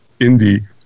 indie